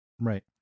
Right